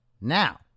Now